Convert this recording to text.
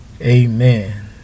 Amen